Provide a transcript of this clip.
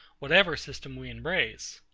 whatever system we embrace.